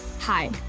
Hi